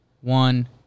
one